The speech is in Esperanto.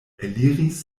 eliris